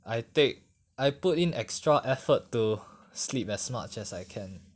I take I put in extra effort to sleep as much as I can